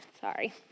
Sorry